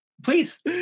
Please